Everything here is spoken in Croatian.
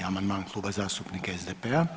7. amandman Kluba zastupnika SDP-a.